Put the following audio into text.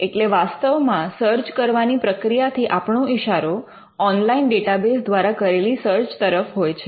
એટલે વાસ્તવમાં સર્ચ કરવાની પ્રક્રિયા થી આપણો ઈશારો ઑનલાઇન ડેટાબેઝ દ્વારા કરેલી સર્ચ તરફ હોય છે